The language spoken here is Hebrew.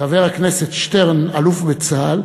חבר הכנסת שטרן, אלוף בצה"ל,